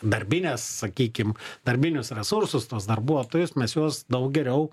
darbines sakykim darbinius resursus tuos darbuotojus mes juos daug geriau